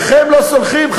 לכם לא סולחים.